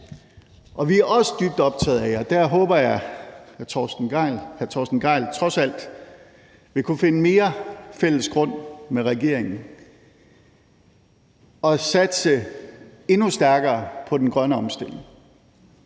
Vi er også dybt optaget af – og der håber jeg, at hr. Torsten Gejl trods alt vil kunne finde mere fælles grund med regeringen – at satse endnu stærkere på den grønne omstilling.